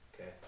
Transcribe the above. okay